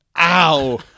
Ow